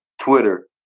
twitter